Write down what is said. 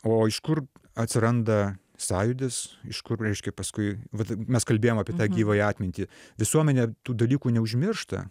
o iš kur atsiranda sąjūdis iš kur reiškia paskui va taip mes kalbėjom apie tą gyvąją atmintį visuomenė tų dalykų neužmiršta